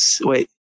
wait